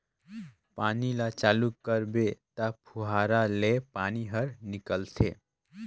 पानी ल चालू करबे त फुहारा ले पानी हर निकलथे